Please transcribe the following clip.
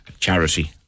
Charity